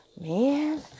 Man